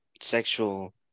sexual